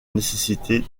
nécessité